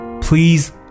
Please